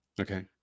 Okay